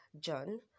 john